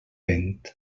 vent